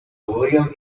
william